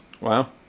Wow